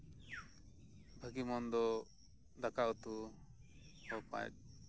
ᱵᱷᱟᱹᱜᱤ ᱢᱚᱱᱫᱚ ᱫᱟᱠᱟ ᱩᱛᱩ